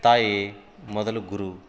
ತಾಯೇ ಮೊದಲ ಗುರು